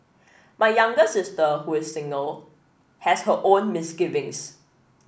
my younger sister who is single has her own misgivings